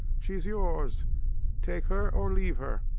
she's your's take her, or leave her.